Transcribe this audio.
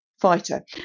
fighter